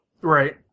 Right